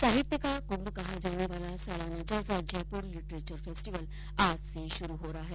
साहित्य का कुंभ कहा जाने वाला सालाना जलसा जयपुर लिटरेचर फेस्टिवल आज से शुरू हो रहा है